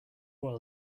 while